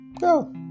go